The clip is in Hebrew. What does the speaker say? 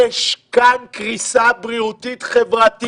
יש כאן קריסה בריאותית-חברתית.